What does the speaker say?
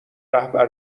رهبر